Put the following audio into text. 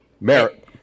Merit